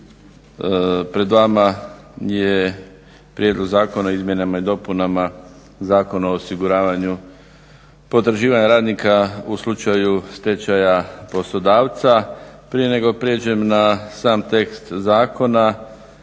Pred vama je prijedlog Zakona o izmjenama i dopunama Zakona o osiguravanju potraživanja radnika u slučaju stečaja poslodavca. Prije nego prijeđem na sam tekst zakona